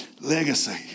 Legacy